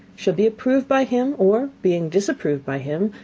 shall be approved by him, or being disapproved by him,